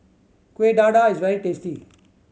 Kuih Dadar is very tasty